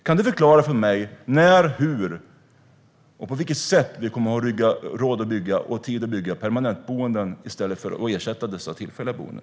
Kan du förklara för mig när och hur vi ska ha tid och råd att bygga permanentboenden för att ersätta dessa tillfälliga boenden?